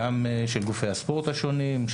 גם גופי הספורט השונים,